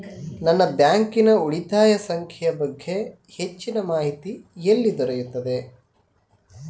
ನನ್ನ ಬ್ಯಾಂಕಿನ ಉಳಿತಾಯ ಸಂಖ್ಯೆಯ ಬಗ್ಗೆ ಹೆಚ್ಚಿನ ಮಾಹಿತಿ ಎಲ್ಲಿ ದೊರೆಯುತ್ತದೆ?